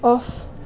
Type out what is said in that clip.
off